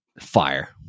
fire